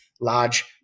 large